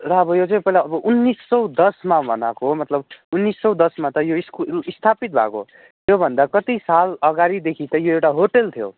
र अब यो चाहिँ पहिला उन्नाइस सौ दसमा बनाएको मतलब उन्नाइस सौ दसमा त यो स्कुल स्थापित भएको त्यो भन्दा कति साल अगाडिदेखि त यो एउटा होटेल थियो